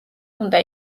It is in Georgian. უნდა